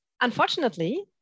Unfortunately